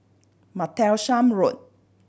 Martlesham Road